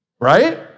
Right